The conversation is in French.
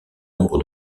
nombre